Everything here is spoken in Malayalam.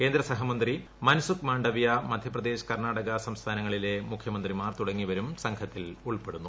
കേന്ദ്ര സഹമന്ത്രി മൻസുഖ് മാണ്ഡവ്യ മധ്യപ്രദേശ് കർണാടക സംസ്ഥാനങ്ങളിലെ മുഖ്യമന്ത്രിമാർ തുടങ്ങിയവരും സംഘത്തിൽ ഉൾപ്പെടുന്നു